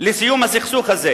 לסיום הסכסוך הזה,